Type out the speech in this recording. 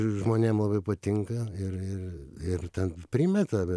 žmonėm labai patinka ir ir ir ten primeta bet